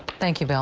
thank you, bill.